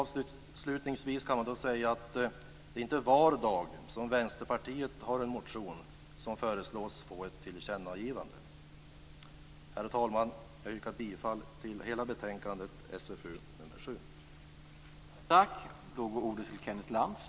Avslutningsvis kan man säga att det inte är var dag som Vänsterpartiet har en motion som förelås leda till ett tillkännagivande. Herr talman! Jag yrkar bifall till hemställan i hela betänkandet SfU 7.